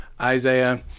Isaiah